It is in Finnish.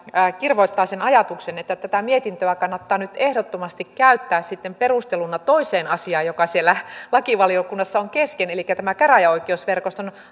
kirvoittavat sen ajatuksen että tätä mietintöä kannattaa ehdottomasti käyttää perusteluna toiseen asiaan joka siellä lakivaliokunnassa on kesken elikkä tämä käräjäoikeusverkoston